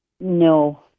No